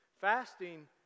Fasting